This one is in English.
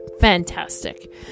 fantastic